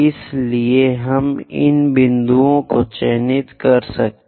इसलिए हम इन बिंदुओं को चिह्नित कर सकते हैं